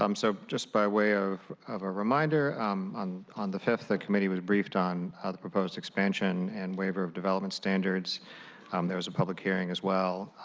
um so just by way of of a reminder um on on the fifth the committee was briefed on ah the proposed expansion and waiver of development hundreds um there was a public hearing as well.